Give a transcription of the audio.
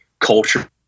culture